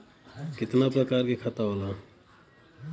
कितना प्रकार के खाता होला?